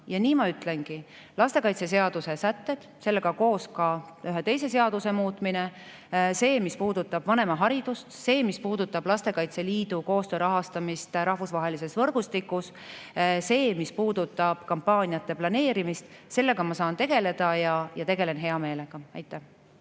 Nii ma ütlengi, et lastekaitseseaduse sätted; sellega koos ka ühe teise seaduse muutmine; see, mis puudutab vanemaharidust; see, mis puudutab Lastekaitse Liidu koostöö rahastamist rahvusvahelises võrgustikus; ja see, mis puudutab kampaaniate planeerimist – nendega ma saan tegeleda ja tegelen hea meelega. Suur